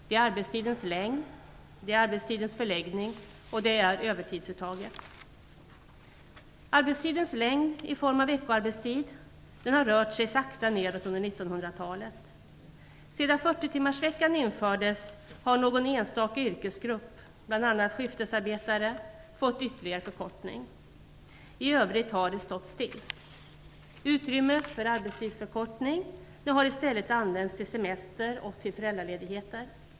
Det är arbetstidens längd, arbetstidens förläggning och övertidsuttaget. Arbetstidens längd i form av veckoarbetstid har rört sig sakta nedåt under 1900-talet. Sedan 40 timmarsveckan infördes har någon enstaka yrkesgrupp, bl.a. skiftesarbetare, fått ytterligare förkortning. I övrigt har det stått still. Utrymmet för arbetstidsförkortning har i stället använts till semester och föräldraledigheter.